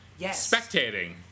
spectating